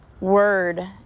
word